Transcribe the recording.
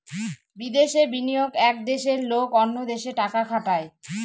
বিদেশে বিনিয়োগ এক দেশের লোক অন্য দেশে টাকা খাটায়